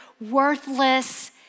worthless